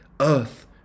Earth